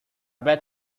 bet